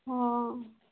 हँ